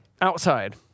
outside